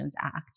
Act